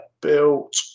built